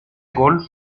gol